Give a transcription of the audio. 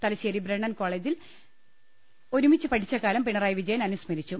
Thalassery Brennen കോളജിൽ ഒപ്പം പഠിച്ചകാലം പിണറായി വിജയൻ അനുസ്മരിച്ചു